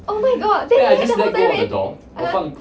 oh my god then 她 never tell you any~ (uh huh)